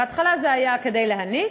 בהתחלה זה היה כדי להניק,